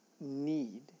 need